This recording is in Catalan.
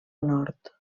nord